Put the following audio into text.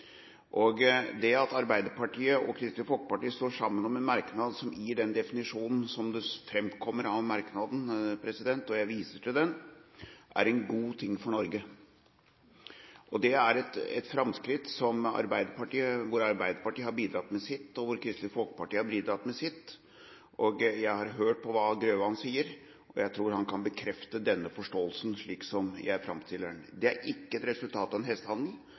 begrepet «familie». At Arbeiderpartiet og Kristelig Folkeparti står sammen om en merknad som gir den definisjonen som framkommer av merknaden – og jeg viser til den – er en god ting for Norge. Det er et framskritt hvor Arbeiderpartiet har bidratt med sitt, og hvor Kristelig Folkeparti har bidratt med sitt. Jeg har hørt på hva Grøvan sier, og jeg tror han kan bekrefte denne forståelsen, slik jeg framstiller den. Det er ikke et resultat av en